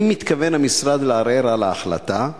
האם התכוון המשרד לערער על ההחלטה,